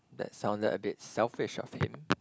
that sounded a bit selfish of him